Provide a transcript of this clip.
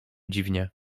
dziwnie